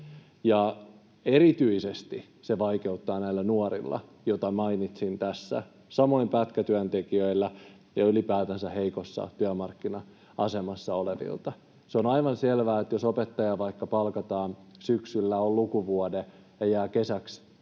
ja erityisesti se vaikeuttaa näillä nuorilla, joita mainitsin tässä, samoin pätkätyöntekijöillä ja ylipäätänsä heikossa työmarkkina-asemassa olevilla. Se on aivan selvää, että jos vaikka opettaja palkataan syksyllä, on lukuvuoden ja jää kesäksi